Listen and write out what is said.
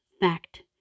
fact